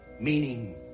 meaning